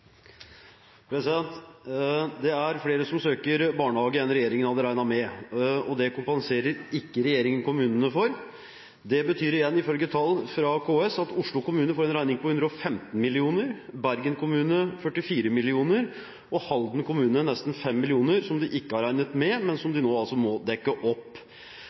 Det er flere som søker barnehage enn regjeringen hadde regnet med, og det kompenserer ikke regjeringen kommunene for. Det betyr igjen ifølge tall fra KS at Oslo kommune får en regning på 115 mill. kr, Bergen kommune får en på 44 mill. kr og Halden kommune får en på nesten 5 mill. kr – som de ikke har regnet med, men som de altså nå må dekke opp.